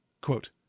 Quote